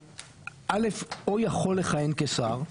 א' או יכול לכהן כשר,